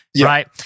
Right